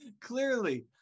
Clearly